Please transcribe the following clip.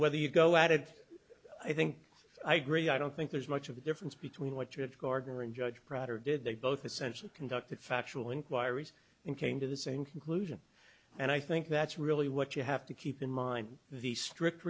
whether you go at it i think i agree i don't think there's much of a difference between what you have gardner and judge prodder did they both essentially conducted factual inquiries and came to the same conclusion and i think that's really what you have to keep in mind the strict